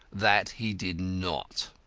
that he did not.